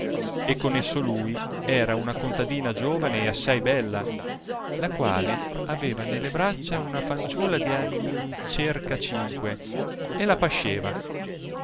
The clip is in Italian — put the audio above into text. e con esso lui era una contadina giovane e assai bella la quale aveva nelle braccia una fanciulla di anni cerca cinque e la pasceva